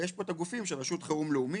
ויש פה את הגופים של רשות חירום לאומית,